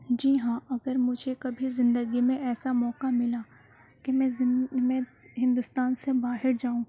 جی ہاں اگر مجھے کبھی زندگی میں ایسا موقع ملا کہ میں میں ہندوستان سے باہر جاؤں